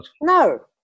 no